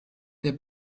der